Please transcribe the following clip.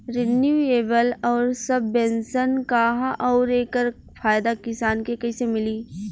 Renewable आउर subvention का ह आउर एकर फायदा किसान के कइसे मिली?